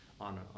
on